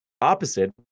opposite